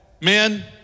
men